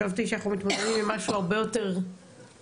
חשבתי שאנחנו מתמודדים עם משהו הרבה יותר ארעי,